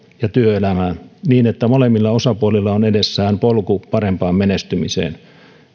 ja työelämää niin että molemmilla osapuolilla on edessään polku parempaan menestymiseen